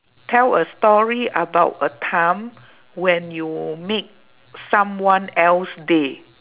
tell a story about a time when you made someone else day